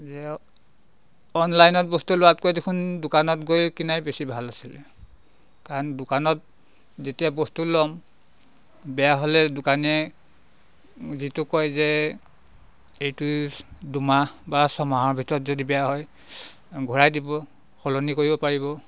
যে অনলাইনত বস্তু লোৱাতকৈ দেখোন দোকানত গৈ কিনাই বেছি ভাল আছিলে কাৰণ দোকানত যেতিয়া বস্তু ল'ম বেয়া হ'লে দোকানীয়ে যিটো কয় যে এইটো দুমাহ বা ছমাহৰ ভিতৰত যদি বেয়া হয় ঘূৰাই দিব সলনি কৰিব পাৰিব